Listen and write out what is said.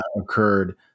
occurred